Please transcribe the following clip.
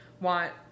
want